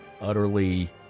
utterly